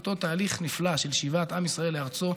מאותו תהליך נפלא של שיבת עם ישראל לארצו,